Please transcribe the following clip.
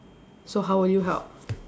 so how will you help